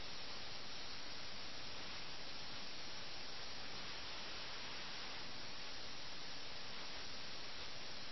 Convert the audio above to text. രണ്ട് പ്രഭുക്കന്മാരും തടവുകാരാണെന്നും ഈ ചെസ്സ് കളിയുടെ പ്രതീകാത്മക തടവുകാരാണെന്നും നവാബ് വാജിദ് അലി രാജാവും ഇംഗ്ലീഷ് സൈന്യത്തിന്റെ തടവുകാരാണെന്നും നമുക്ക് കാണാൻ കഴിയും